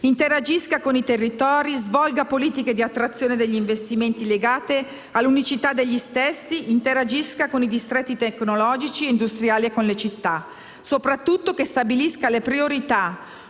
interagisca con i territori, svolga politiche di attrazione degli investimenti legate all'unicità degli stessi, interagisca con i distretti tecnologici e industriali e con le città; soprattutto, che stabilisca le priorità.